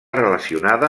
relacionada